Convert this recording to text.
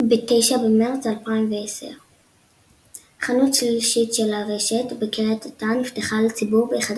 ב-9 במרץ 2010. חנות שלישית של הרשת בקריית אתא נפתחה לציבור ב-11